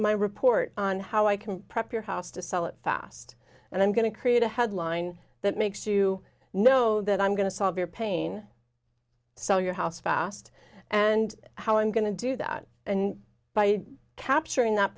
my report on how i can prep your house to sell it fast and i'm going to create a headline that makes you know that i'm going to solve your pain sell your house fast and how i'm going to do that and by capturing that